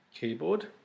keyboard